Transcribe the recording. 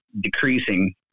decreasing